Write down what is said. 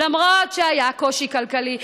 למרות שהיה קושי כלכלי,